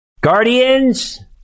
guardians